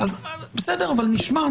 נשמע.